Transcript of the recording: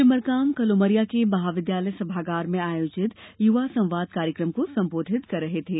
श्री मरकाम कल उमरिया के महाविद्यालय संभागार मे आयोजित युवा संवाद कार्यक्रम को संबोधित कर रहे थे